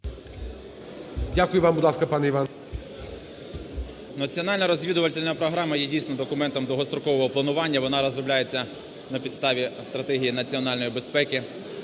Дякую вам. Будь ласка, пане Іване. 11:08:56 ВІННИК І.Ю. Національна розвідувальна програма є, дійсно, документом довгострокового планування. Вона розробляється на підставі стратегії національної безпеки,